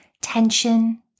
tension